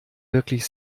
wirklich